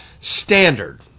standard